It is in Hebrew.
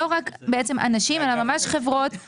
לא רק בעצם אנשים אלה ממש חברות,